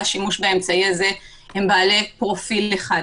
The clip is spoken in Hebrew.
שימוש באמצעי הזה הם בעלי פרופיל אחד.